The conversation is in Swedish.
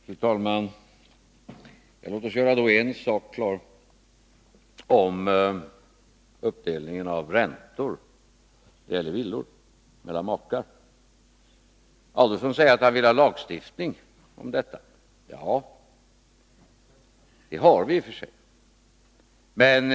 Fru talman! Låt oss klargöra en sak i fråga om uppdelningen mellan makar av räntor på villalån. Herr Adelsohn säger att han vill ha lagstiftning om detta. Ja, vi har i och för sig en sådan.